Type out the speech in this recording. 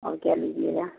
और क्या लीजिएगा